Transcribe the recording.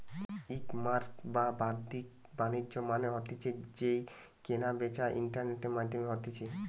ecommerce বা বাদ্দিক বাণিজ্য মানে হতিছে যেই কেনা বেচা ইন্টারনেটের মাধ্যমে হতিছে